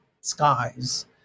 skies